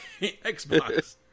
Xbox